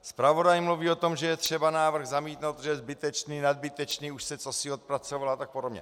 Zpravodaj mluví o tom, že je třeba návrh zamítnout, protože je zbytečný, nadbytečný, už se cosi odpracovalo a podobně.